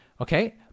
Okay